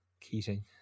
Keating